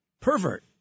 Pervert